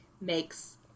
makes